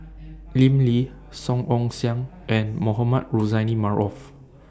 Lim Lee Song Ong Siang and Mohamed Rozani Maarof